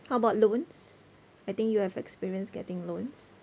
how about loans I think you have experience getting loans